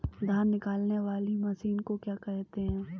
धान निकालने वाली मशीन को क्या कहते हैं?